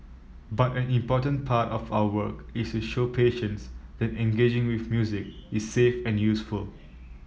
but an important part of our work is to show patients that engaging with music is safe and useful